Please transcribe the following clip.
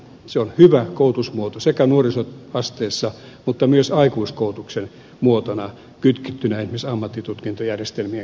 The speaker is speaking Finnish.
se on hyvä koulutusmuoto sekä nuorisoasteessa että myös aikuiskoulutuksen muotona kytkettynä esimerkiksi ammattitutkintojärjestelmien kehittämiseen